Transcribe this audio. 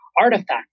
artifact